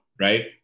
right